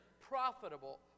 profitable